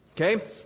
Okay